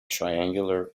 triangular